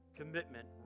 Commitment